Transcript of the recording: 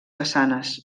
façanes